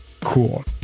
cool